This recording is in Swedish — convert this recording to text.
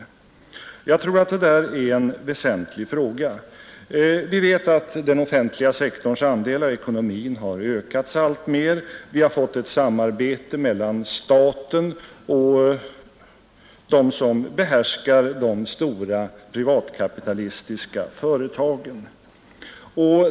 Jag tror att den är väsentlig. Vi vet att den offentliga sektorns andel i ekonomin har ökat alltmer. Vi har fått ett samarbete mellan staten och dem som behärskar de stora privatkapitalistiska företagen.